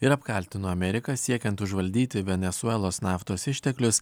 ir apkaltino ameriką siekiant užvaldyti venesuelos naftos išteklius